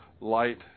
light